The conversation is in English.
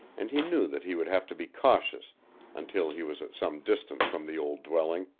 and he knew that he would have to be cautious until he was at some distance from the old dwelling,